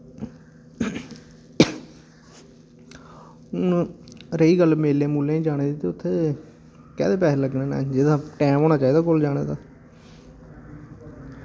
हून रेही गल्ल मेलें मुलें जाने दी ते उत्थें कैह्दे पैसे लग्गने ने जेह्दा टैम होना चाहिदा कोल जाने दा